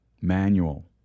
manual